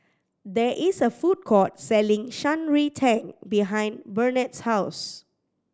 there is a food court selling Shan Rui Tang behind Burnett's house